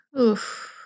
oof